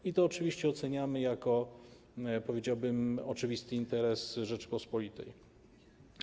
I to oczywiście oceniamy jako, powiedziałbym, oczywisty interes Rzeczypospolitej.